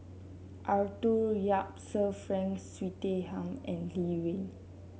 Arthur Yap Sir Frank Swettenham and Lee Wen